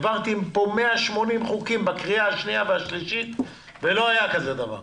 העברתי 180 חוקים בקריאה השנייה והשלישית ולא היה דבר כזה.